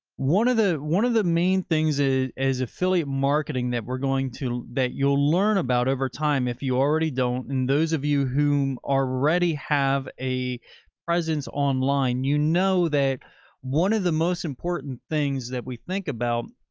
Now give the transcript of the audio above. one of the, one of the main things is as affiliate marketing that we're going to, that you'll learn about over time. if you already don't and those of you who are ready have a presence online, you know that one of the most important things that we think about.